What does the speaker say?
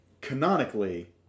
canonically